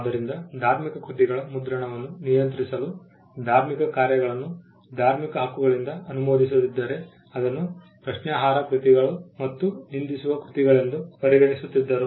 ಆದ್ದರಿಂದ ಧಾರ್ಮಿಕ ಕೃತಿಗಳ ಮುದ್ರಣವನ್ನು ನಿಯಂತ್ರಿಸಲು ಧಾರ್ಮಿಕ ಕಾರ್ಯಗಳನ್ನು ಧಾರ್ಮಿಕ ಹಕ್ಕುಗಳಿಂದ ಅನುಮೋದಿಸದಿದ್ದರೆ ಅದನ್ನು ಪ್ರಶ್ನಾರ್ಹ ಕೃತಿಗಳು ಮತ್ತು ನಿಂದಿಸುವ ಕೆಲಸಗಳೆಂದು ಪರಿಗಣಿಸುತ್ತಿದ್ದರು